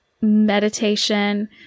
meditation